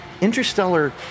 Interstellar